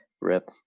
Rip